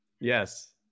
Yes